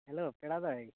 hello ᱯᱮᱲᱟ ᱫᱟᱹᱭ